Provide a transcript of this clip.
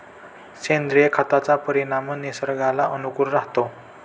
सेंद्रिय खताचा परिणाम निसर्गाला अनुकूल राहतो